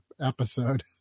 episode